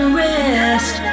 rest